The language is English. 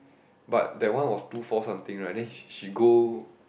but that one was two four something right then she she go